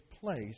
place